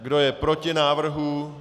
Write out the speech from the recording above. Kdo je proti návrhu?